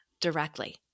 directly